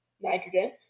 nitrogen